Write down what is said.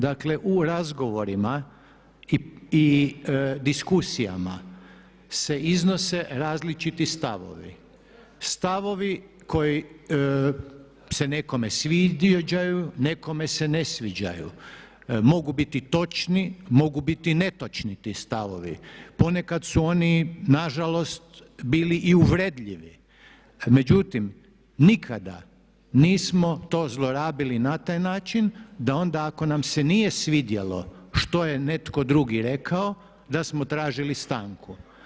Dakle u razgovorima i diskusijama se iznose različiti stavovi, stavovi koji se nekome sviđaju, nekom se ne sviđaju, mogu biti točni, mogu biti netočni ti stavovi, ponekad su oni nažalost bili i uvredljivi, međutim nikada nismo to zlorabili na taj način da onda ako nam se nije svidjelo što je netko drugi rekao da smo tražili stanku.